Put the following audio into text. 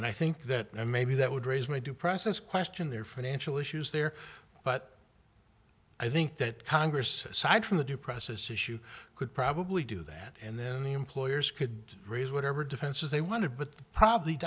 and i think that maybe that would raise my due process question their financial issues there but i think that congress aside from the due process issue could probably do that and then the employers could raise whatever defenses they want to but probably